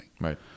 Right